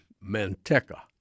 Manteca